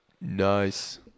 Nice